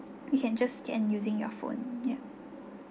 you can just scan using your phone yeah